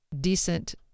decent